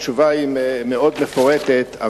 התשובה מאוד מפורטת,